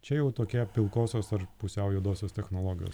čia jau tokia pilkosios ar pusiau juodosios technologijos